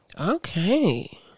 okay